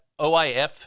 OIF